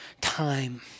time